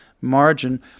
margin